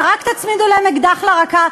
רק תצמידו להם אקדח לרקה.